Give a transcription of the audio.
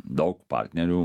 daug partnerių